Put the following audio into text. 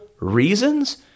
reasons